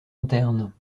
internes